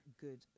good